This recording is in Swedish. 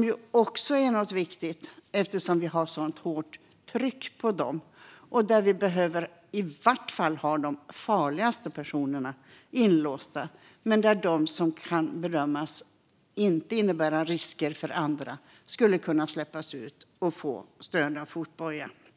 vilket ju också är viktigt eftersom trycket på dem är så hårt. Vi behöver ha i varje fall de farligaste personerna inlåsta, men de som kan bedömas inte innebära risker för andra skulle kunna släppas ut och få stöd av fotboja.